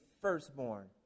firstborn